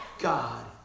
God